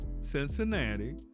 Cincinnati